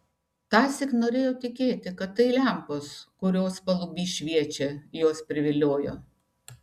tąsyk norėjo tikėti kad tai lempos kurios paluby šviečia juos priviliojo